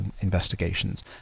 investigations